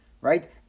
right